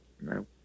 no